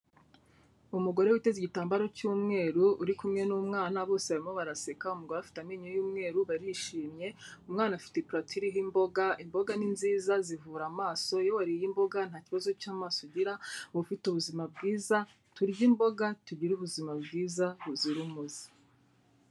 Umugore witeze igitambaro cy'umweru, uri kumwe n'umwana, bose barimo baraseka, umugore afite amenyo y'umweru, barishimye, umwana afite purato iriho imboga, imboga ni nziza zivura amaso, iyo wariye imboga nta kibazo cy'amaso ugira, uba ufite ubuzima bwiza, turye imboga tugire ubuzima bwiza buzira umuze.